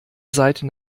seite